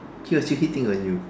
he was still hitting on you